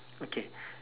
okay